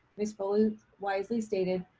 ms foley wisely stated,